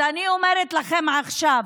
אז אני אומרת לכם עכשיו: